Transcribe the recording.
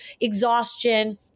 Exhaustion